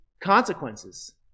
consequences